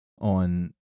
on